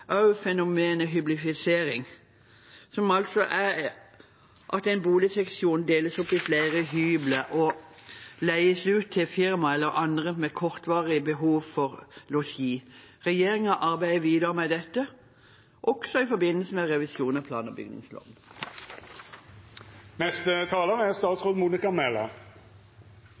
fenomenet hyblifisering, som er at en boligseksjon deles opp i flere hybler og leies ut til firma eller andre med kortvarig behov for losji. Regjeringen arbeider videre med dette, også i forbindelse med revisjon av plan- og bygningsloven.